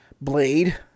Blade